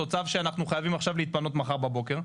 או צו שאנחנו צריכים להתפנות מחר בבוקר.